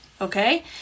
okay